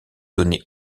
donner